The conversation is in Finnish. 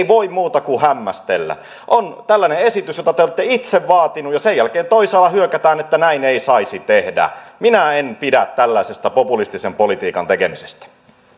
voi muuta kuin hämmästellä on tällainen esitys jota te olette itse vaatineet ja sen jälkeen toisaalla hyökätään että näin ei saisi tehdä minä en pidä tällaisesta populistisen politiikan tekemisestä